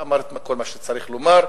ואמר את כל מה שצריך לומר.